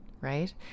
Right